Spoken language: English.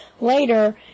later